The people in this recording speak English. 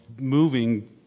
moving